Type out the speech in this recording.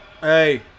Hey